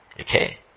Okay